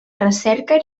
recerca